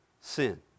sin